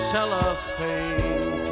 Cellophane